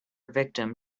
victim